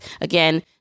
Again